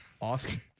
Awesome